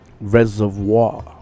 Reservoir